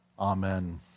Amen